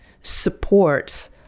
supports